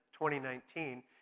2019